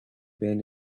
bend